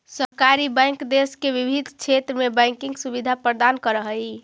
सहकारी बैंक देश के विभिन्न क्षेत्र में बैंकिंग सुविधा प्रदान करऽ हइ